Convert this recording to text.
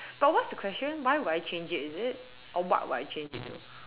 but what's the question why would I change it is it or what would I change it to